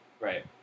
Right